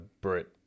Brit